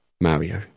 Mario